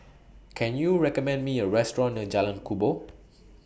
Can YOU recommend Me A Restaurant near Jalan Kubor